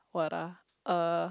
what ah uh